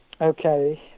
okay